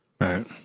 Right